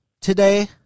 today